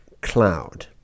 cloud